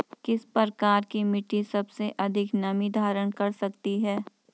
किस प्रकार की मिट्टी सबसे अधिक नमी धारण कर सकती है?